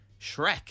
Shrek